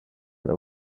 that